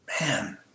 Man